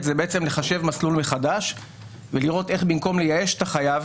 זה לחשב מסלול מחדש ולראות איך במקום לייאש את החייב,